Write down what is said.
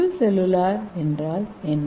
உள் செல்லுலார் என்றால் என்ன